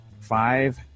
five